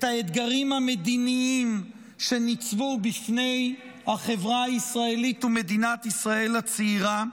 את האתגרים המדיניים שניצבו בפני החברה הישראלית ומדינת ישראל הצעירה,